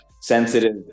sensitive